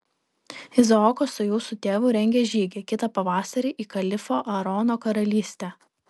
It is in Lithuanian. izaokas su jūsų tėvu rengia žygį kitą pavasarį į kalifo aarono karalystę